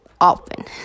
often